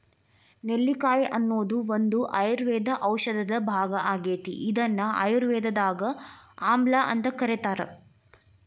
ನೆಲ್ಲಿಕಾಯಿ ಅನ್ನೋದು ಒಂದು ಆಯುರ್ವೇದ ಔಷಧದ ಭಾಗ ಆಗೇತಿ, ಇದನ್ನ ಆಯುರ್ವೇದದಾಗ ಆಮ್ಲಾಅಂತ ಕರೇತಾರ